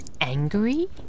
angry